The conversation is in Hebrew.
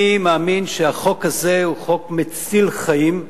אני מאמין שהחוק הזה הוא חוק מציל חיים,